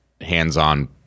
hands-on